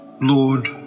Lord